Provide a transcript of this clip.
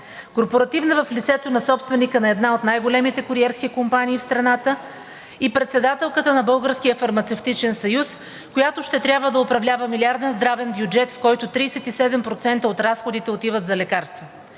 Корпоративна – в лицето на собственика на една от най-големите куриерски компании в страната и председателката на Българския фармацевтичен съюз, която ще трябва да управлява милиарден здравен бюджет, в който 37% от разходите отиват за лекарства.